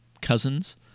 cousins